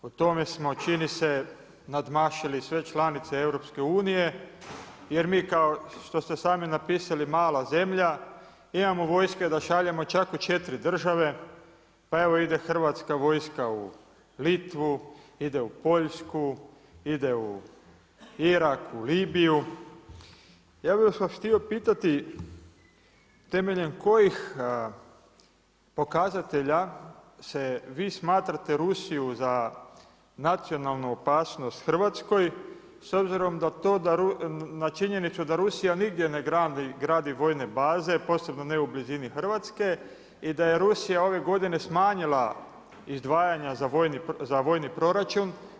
Po tome smo čini se nadmašili sve članice EU, jer mi kao što ste sami napisali mala zemlja, imamo vojske da šaljemo čak u 4 države, pa evo ide hrvatska vojska u Litvu, ide u Poljsku, ide u Irak, Libiju, ja bi vas htio pitati, temeljem kojih pokazatelja se vi smatrate Rusiju za nacionalnu opasnost Hrvatskoj, s obzirom na to na činjenicu da Rusija nigdje ne gradi vojne baze, posebno ne u blizini Hrvatske i da je Rusija ove godine smanjila izdvajanje za vojni proračun.